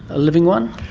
a living one?